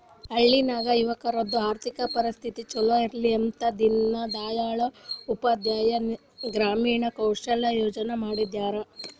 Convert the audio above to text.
ಹಳ್ಳಿ ನಾಗ್ ಯುವಕರದು ಆರ್ಥಿಕ ಪರಿಸ್ಥಿತಿ ಛಲೋ ಇರ್ಲಿ ಅಂತ ದೀನ್ ದಯಾಳ್ ಉಪಾಧ್ಯಾಯ ಗ್ರಾಮೀಣ ಕೌಶಲ್ಯ ಯೋಜನಾ ಮಾಡ್ಯಾರ್